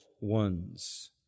ones